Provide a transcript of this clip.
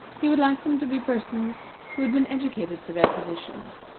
he would like them to be persons who had been educated for their positions,